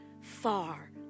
far